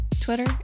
Twitter